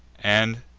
and,